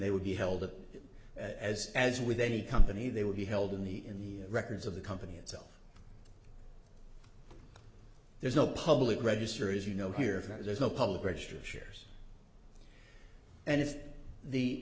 they would be held up as as with any company they would be held in the in the records of the company itself there's no public register as you know here there's no public register of shares and if the